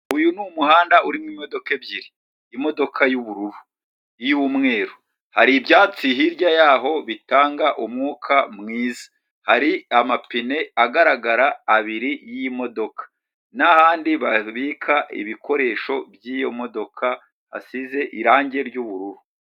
Uyu ni umuhanda urimo imodoka ebyiri, imodoka y'ubururu, iy'umweru hari ibyatsi hirya yaho bitanga umwuka mwiza, hari amapine agaragara abiri y'imodoka n'ahandi babika ibikoresho by'iyo modoka asize irangi ry'ubururu.